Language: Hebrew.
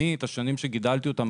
אני עבור השנים שגידלתי אותה,